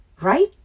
Right